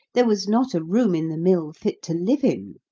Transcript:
there was not a room in the mill fit to live in.